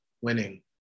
winning